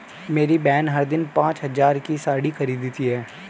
मेरी बहन हर दिन पांच हज़ार की साड़ी खरीदती है